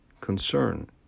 concern